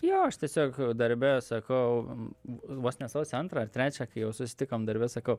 jo aš tiesiog darbe sakau vos ne sausio antrą ar trečią kai jau susitikom darbe sakau